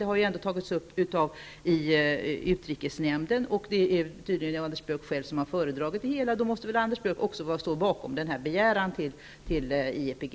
Detta har ändå tagits upp i utrikesnämnden, och det är tydligen Anders Björck själv som har föredragit det hela. Då måste väl Anders Björck också stå bakom denna begäran till IEPG.